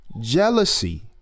jealousy